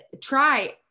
try